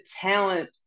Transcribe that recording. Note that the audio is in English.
talent